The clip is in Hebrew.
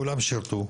כולם שירתו,